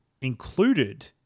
included